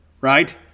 right